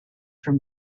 from